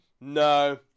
No